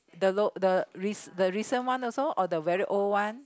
the the the recent one also or the very old one